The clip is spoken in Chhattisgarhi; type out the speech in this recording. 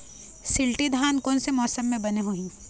शिल्टी धान कोन से मौसम मे बने होही?